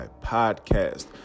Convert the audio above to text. Podcast